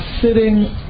sitting